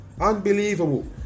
Unbelievable